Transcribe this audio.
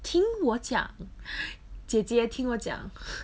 听我讲姐姐听我讲